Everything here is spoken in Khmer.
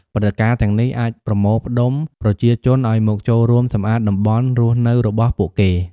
ព្រឹត្តិការណ៍ទាំងនេះ អាចប្រមូលផ្តុំប្រជាជនឲ្យមកចូលរួមសម្អាតតំបន់រស់នៅរបស់ពួកគេ។